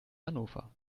hannover